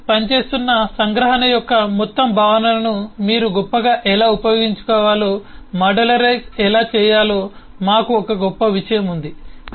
మీరు పనిచేస్తున్న సంగ్రహణ యొక్క మొత్తం భావనను మీరు గొప్పగా ఎలా ఉపయోగించుకోవాలో మాడ్యూరైజ్ ఎలా చేయాలో మాకు గొప్ప విషయం ఉంది